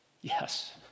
Yes